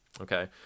Okay